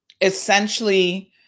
essentially